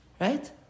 right